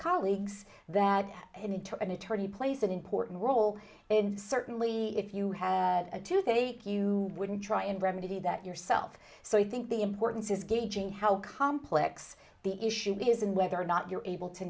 colleagues that any to an attorney plays an important role and certainly if you had a tooth ache you wouldn't try and remedy that yourself so i think the importance is gauging how complex the issue isn't whether or not you're able to